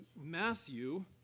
Matthew